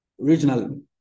regionally